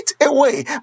away